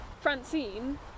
Francine